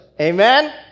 Amen